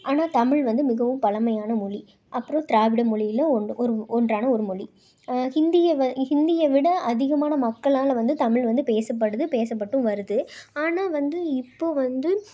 ஆனால் தமிழ் வந்து மிகவும் பழமையான மொழி அப்றம் திராவிட மொழியில் ஒன்று ஒரு ஒன்றான மொழி இந்திய இந்திய விட அதிகமான மக்களால் வந்து தமிழ் வந்து பேசப்படுது பேசப்பட்டும் வருது ஆனால் வந்து இப்போ வந்து